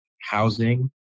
housing